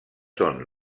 són